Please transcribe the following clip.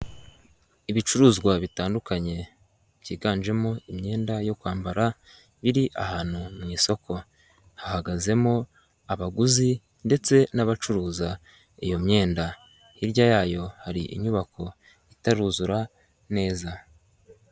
Ibicuruzwa bitandukanye byiganjemo imyenda yo kwambara, iri ahantu mu isoko, hahagazemo abaguzi ndetse n'abacuruza iyo myenda, hirya yayo hari inyubako itaruzura neza.